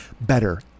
better